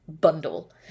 bundle